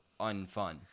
unfun